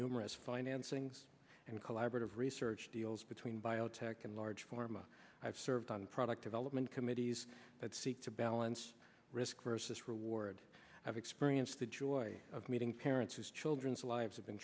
numerous financings and collaborative research deals between biotech and large pharma i've served on product development committees that seek to balance risk versus reward have experienced the joy of meeting parents whose children's lives have been